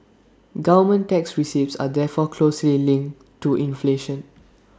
government tax receipts are therefore closely linked to inflation